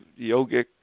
yogic